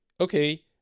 okay